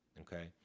Okay